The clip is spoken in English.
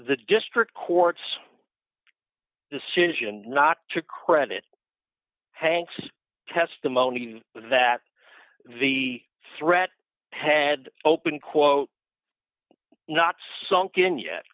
the district court's decision not to credit hanks testimony given that the surete had open quote not sunk in yet